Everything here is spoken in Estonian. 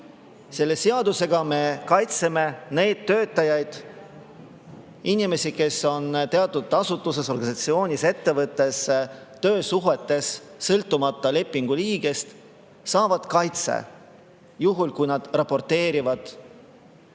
Selle seadusega me kaitseme neid töötajaid – inimesed, kes on teatud asutustes, organisatsioonides, ettevõtetes töösuhetes, sõltumata lepingu liigist, saavad kaitse juhul, kui nad raporteerivad